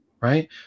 right